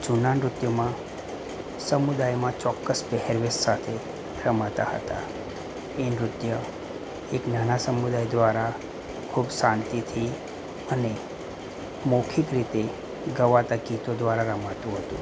જૂના નૃત્યોમાં સમુદાયમાં ચોક્કસ પહેરવેશ સાથે રમાતા હતા એ નૃત્ય એક નાનાં સમુદાય દ્વારા ખૂબ શાંતિથી અને મૌખિક રીતે ગવાતા ગીતો દ્વારા રમાતું હતું